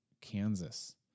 Kansas